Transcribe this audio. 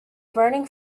burning